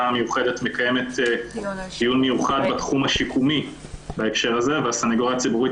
המיוחדת תקיים דיון מיוחד בתחום השיקומי בהקשר הזה והסנגוריה הציבורית